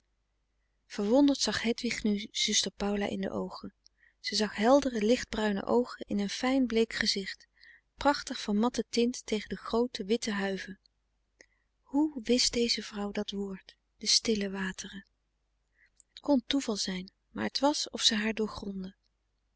verwonderd zag hedwig nu zuster paula in de oogen ze zag heldere lichtbruine oogen in een fijn bleek gezicht prachtig van matte tint tegen de groote witte huive hoe wist deze vrouw dat woord de stille wateren het kon toeval zijn maar t was of ze haar doorgrondde